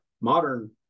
modern